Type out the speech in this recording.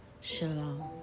shalom